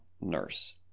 nurse